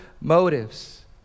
motives